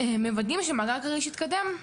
מוודאים שמאגר כריש יתקדם.